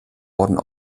orden